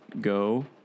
go